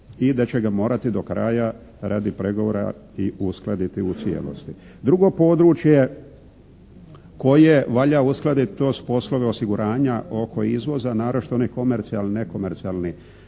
i da će ga morati do kraja radi pregovora i uskladiti u cijelosti. Drugo područje koje valja uskladiti to su poslovi osiguranja oko izvoza naročito oni komercijalni, nekomercijalni